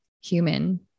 human